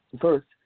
First